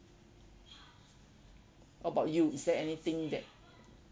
what about you is there anything that